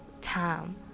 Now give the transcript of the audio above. time